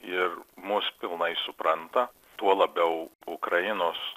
ir mus pilnai supranta tuo labiau ukrainos